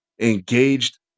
engaged